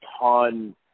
ton